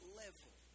level